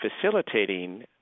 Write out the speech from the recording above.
facilitating